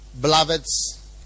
beloveds